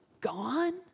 gone